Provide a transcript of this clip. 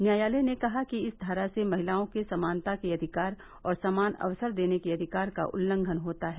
न्यायालय ने कहा कि इस धारा से महिलाओं के समानता के अधिकार और समान अवसर देने के अधिकार का उल्लंघन होता है